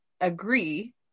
agree